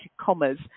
commas